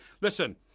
listen